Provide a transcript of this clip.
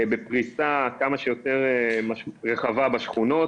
בפרישה כמה שיותר רחבה בשכונות.